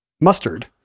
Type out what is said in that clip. mustard